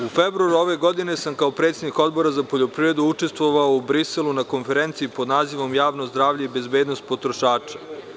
U februaru ove godine sam kao predsednik Odbora za poljoprivedu učestvovao u Briselu na konferenciji pod nazivom „Javno zdravlje i bezbednost potrošača“